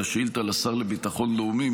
את השאילתה לשר לביטחון לאומי,